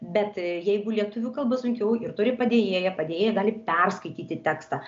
bet jeigu lietuvių kalba sunkiau ir turi padėjėją padėjėja gali perskaityti tekstą